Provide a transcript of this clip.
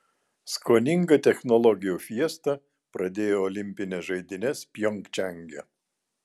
skoninga technologijų fiesta pradėjo olimpines žaidynes pjongčange